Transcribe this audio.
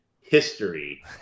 history